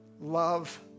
Love